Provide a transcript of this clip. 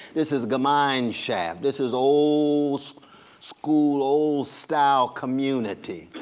this is the mine shaft. this is old school, old style community.